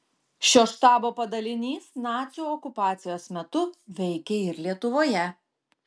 šio štabo padalinys nacių okupacijos metu veikė ir lietuvoje